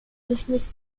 business